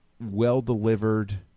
well-delivered